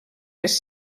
les